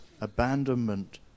abandonment